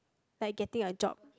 like getting a job